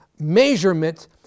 measurement